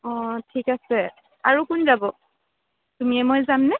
অঁ ঠিক আছে আৰু কোন যাব তুমিয়ে মই যামনে